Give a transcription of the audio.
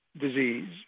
disease